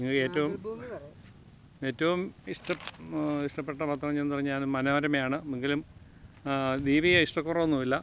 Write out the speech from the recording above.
എനിക്കേറ്റവും ഏറ്റവും ഇഷ്ട ഇഷ്ടപ്പെട്ട പത്രം ഏതെന്നു പറഞ്ഞാൽ മനോരമയാണ് എങ്കിലും ദീപിക ഇഷ്ടക്കുറവൊന്നുമില്ല